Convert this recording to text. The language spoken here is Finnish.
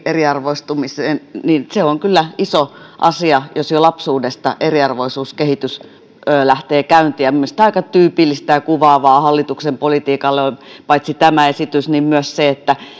eriarvoistumiseen ja se on kyllä iso asia jos jo lapsuudesta eriarvoisuuskehitys lähtee käyntiin ja minun mielestäni aika tyypillistä ja kuvaavaa hallituksen politiikalle on paitsi tämä esitys myös se että